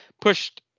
pushed